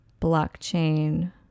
blockchain